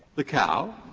the cow.